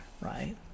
right